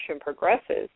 progresses